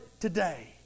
today